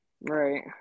Right